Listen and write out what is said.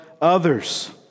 others